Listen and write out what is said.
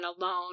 alone